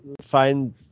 find